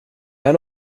här